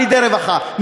על-ידי הרווחה,